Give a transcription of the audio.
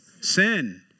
Sin